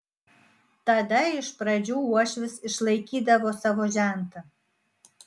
tada iš pradžių uošvis išlaikydavo savo žentą